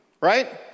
right